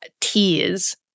tears